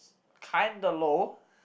kinda low